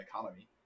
economy